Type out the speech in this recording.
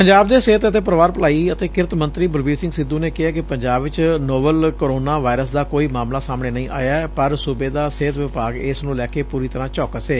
ਪੰਜਾਬ ਦੇ ਸਿਹਤ ਤੇ ਪਰਿਵਾਰ ਭਲਾਈ ਅਤੇ ਕਿਰਤ ਮੰਤਰੀ ਬਲਬੀਰ ਸਿੰਘ ਸਿੱਧੂ ਨੇ ਕਿਹੈ ਕਿ ਪੰਜਾਬ ਚ ਕੋਰੋਨਾ ਵਾਇਰਸ ਦਾ ਕੋਈ ਮਾਮਲਾ ਸਾਹਮਣੇ ਨਹੀ ਆਇਆ ਪਰ ਸੁਬੇ ਦਾ ਸਿਹਤ ਵਿਭਾਗ ਇਸ ਨੂੰ ਲੈਕੇ ਪੁਰੀ ਤਰ੍ਰਾਂ ਚੌਕਸ ਏ